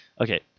Okay